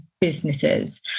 businesses